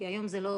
כי היום זה לא